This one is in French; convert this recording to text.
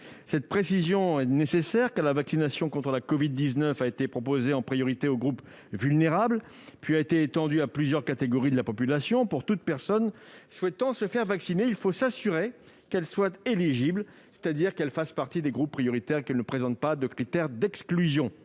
Cette précision est nécessaire, car la vaccination contre la covid-19 a été proposée en priorité aux groupes vulnérables, puis étendue à plusieurs catégories de la population. Pour toute personne souhaitant se faire vacciner, il faut s'assurer qu'elle soit éligible, c'est-à-dire qu'elle fasse partie des groupes prioritaires et qu'elle ne présente pas de critères d'exclusion.